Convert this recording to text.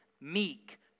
Meek